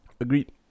Agreed